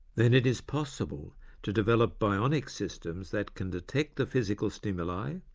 then it is possible to develop bionic systems that can detect the physical stimuli,